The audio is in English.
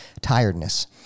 tiredness